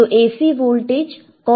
तो AC voltage कौन सा है